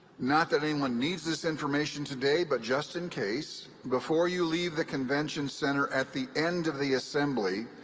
not that anyone needs this information today, but just in case, before you leave the convention center at the end of the assembly,